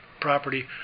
property